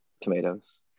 tomatoes